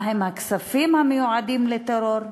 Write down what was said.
מהם הכספים המיועדים לטרור.